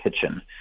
kitchen